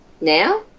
now